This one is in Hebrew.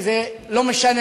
כי זה לא משנה,